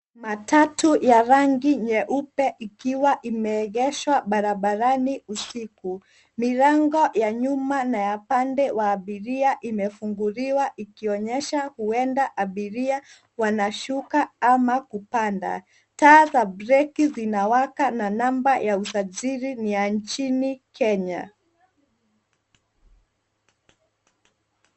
Matatu ya rangi nyeupe ikiwa imeegeshwa barabarani usiku. Milango ya nyuma na ya pande wa abiria imefunguliwa ikionyesha uenda abiria wanashuka ama kupanda. Taa za breki zinawaka na namba ya usajili ni ya nchini Kenya.